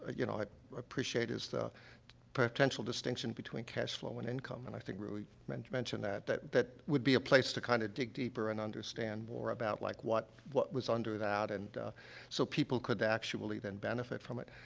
ah you know, i appreciate is the potential distinction between cash flow and income, and i think ruhi mentioned mentioned that, that that would be a place to kind of dig deeper and understand more about, like, what what was under that and, ah so people could actually then benefit from it.